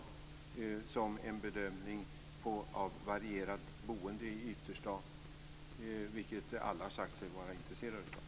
Det handlar om en bedömning i fråga om varierat boende i ytterstaden, något som alla har sagt sig vara intresserade av.